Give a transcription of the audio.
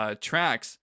tracks